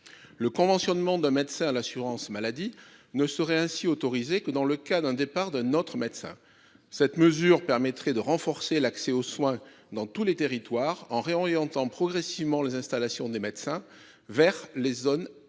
Le conventionnement d'un médecin à l'assurance maladie ne serait ainsi autorisé que dans le cas d'un départ d'un autre médecin. Cette mesure permettrait de renforcer l'accès aux soins dans tous les territoires, en réorientant progressivement les installations des médecins vers les zones intermédiaires